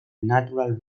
natural